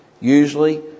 Usually